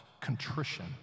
contrition